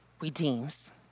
Redeems